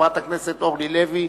ואחריו, חברת הכנסת אורלי לוי.